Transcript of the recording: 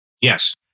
Yes